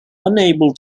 unable